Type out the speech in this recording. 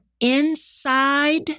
inside